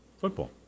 football